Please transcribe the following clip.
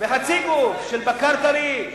וחצי גוף של בקר טרי,